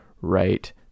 right